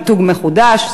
מיתוג מחודש,